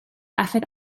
effaith